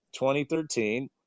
2013